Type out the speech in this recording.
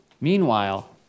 Meanwhile